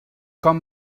com